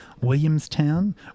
Williamstown